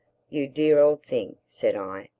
you dear old thing, said i,